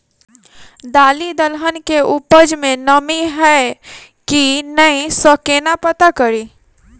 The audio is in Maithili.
दालि दलहन केँ उपज मे नमी हय की नै सँ केना पत्ता कड़ी?